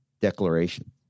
declaration